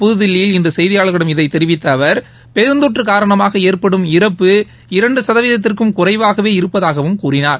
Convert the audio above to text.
புதுதில்லியில் இன்று செய்தியாளர்களிடம் இதைத் தெரிவித்த அவர் பெருந்தொற்று காரணமாக ஏற்படும் இறப்பு இரண்டு சதவீதத்திற்கும் குறைவாகவே இருப்பதாகவும் கூறினார்